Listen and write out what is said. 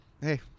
Hey